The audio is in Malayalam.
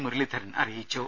മുരളീധരൻ അറിയിച്ചു